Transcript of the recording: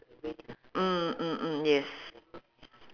mm mm mm mm yes